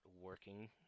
working